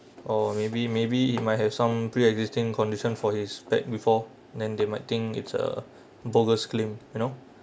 oh maybe maybe it might have some pre existing condition for his back before then they might think it's a bogus claim you know